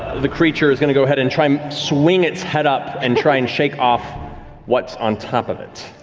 the creature is going to go ahead and try and um swing its head up and try and shake off what's on top of it.